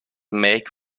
make